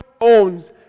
owns